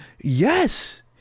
Yes